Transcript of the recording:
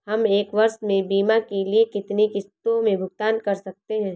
हम एक वर्ष में बीमा के लिए कितनी किश्तों में भुगतान कर सकते हैं?